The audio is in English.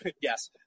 yes